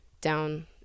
down